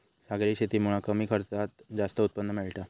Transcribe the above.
सागरी शेतीमुळा कमी खर्चात जास्त उत्पन्न मिळता